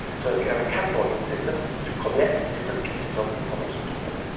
so that you have a cataloguing system to connect different pieces of information together.